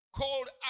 called